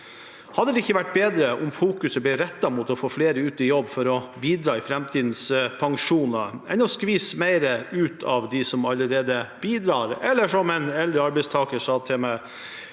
Hadde det ikke vært bedre å fokusere på å få flere ut i jobb for å bidra til framtidens pensjoner enn å skvise mer ut av dem som allerede bidrar? En eldre arbeidstaker sa til meg